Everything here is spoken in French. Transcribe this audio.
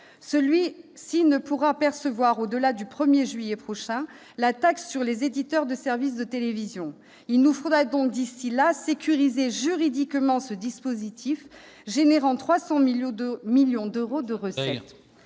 Celui-ci ne pourra percevoir, au-delà du 1 juillet prochain, la taxe sur les éditeurs de services de télévision. Il nous faudra donc d'ici là sécuriser juridiquement ce dispositif générant 300 millions d'euros de recettes.